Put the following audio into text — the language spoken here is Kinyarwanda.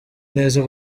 neza